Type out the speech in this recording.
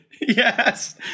Yes